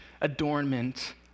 adornment